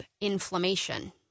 inflammation